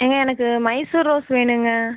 ஏங்க எனக்கு மைசூர் ரோஸ் வேணுங்க